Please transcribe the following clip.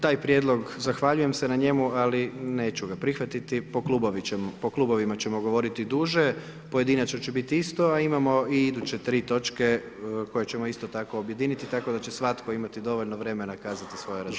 Taj prijedlog, zahvaljujem se na njemu, ali neću ga prihvatiti, po klubovima ćemo govoriti duže, pojedinačno će biti isto, a imamo i iduće 3 točke koje ćemo isto tako objediniti, tako da će svatko imati dovoljno vremena kazati svoje razmišljanje.